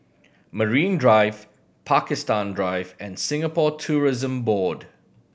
Marine Drive Pakistan Drive and Singapore Tourism Board